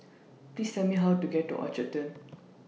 Please Tell Me How to get to Orchard Turn